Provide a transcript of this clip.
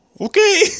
Okay